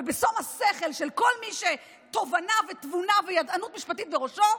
ובשום השכל של כל מי שתובנה ותבונה וידענות משפטית בראשו,